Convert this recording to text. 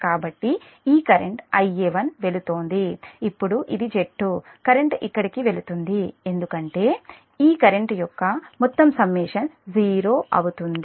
కాబట్టి ఈ current Ia1 వెళుతోంది ఇప్పుడు ఇది Z2 కరెంట్ ఇక్కడకు వెళుతుంది ఎందుకంటే ఈ ఈ కరెంట్ యొక్క మొత్తం సమ్మషన్ 0 గా ఉంది